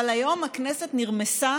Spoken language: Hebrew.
אבל היום הכנסת נרמסה